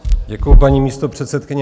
Děkuji, paní místopředsedkyně.